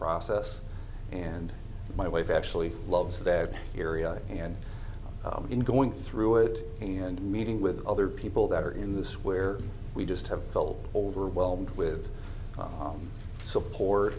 process and my wife actually loves that area and in going through it and meeting with other people that are in the square we just have felt overwhelmed with the support